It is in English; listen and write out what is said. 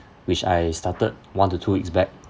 which I started one to two weeks back